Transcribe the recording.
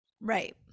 Right